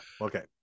Okay